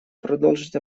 продолжить